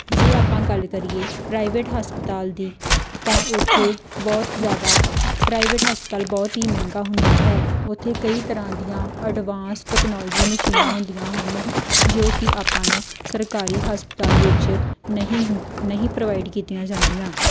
ਜੇ ਆਪਾਂ ਗੱਲ ਕਰੀਏ ਪ੍ਰਾਈਵੇਟ ਹਸਪਤਾਲ ਦੀ ਤਾਂ ਉੱਥੇ ਬਹੁਤ ਜ਼ਿਆਦਾ ਪ੍ਰਾਈਵੇਟ ਹਸਪਤਾਲ ਬਹੁਤ ਹੀ ਮਹਿੰਗਾ ਹੁੰਦਾ ਹੈ ਉੱਥੇ ਕਈ ਤਰ੍ਹਾਂ ਦੀਆਂ ਅਡਵਾਂਸ ਟੈਕਨੋਲੋਜੀ ਮਸ਼ੀਨਾਂ ਹੁੰਦੀਆਂ ਹਨ ਜੋ ਕਿ ਆਪਾਂ ਨੂੰ ਸਰਕਾਰੀ ਹਸਪਤਾਲ ਵਿੱਚ ਨਹੀਂ ਨਹੀਂ ਪ੍ਰੋਵਾਈਡ ਕੀਤੀਆਂ ਜਾਂਦੀਆਂ